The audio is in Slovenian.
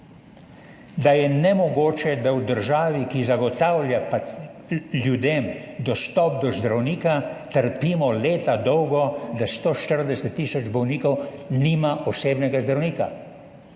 da je nemogoče, da v državi, ki zagotavlja ljudem dostop do zdravnika, trpimo leta dolgo, da 140 tisoč bolnikov nima osebnega zdravnika.